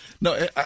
No